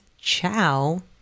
Ciao